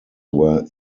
were